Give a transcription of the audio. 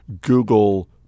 Google